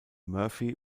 murphy